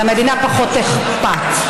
למדינה פחות אכפת.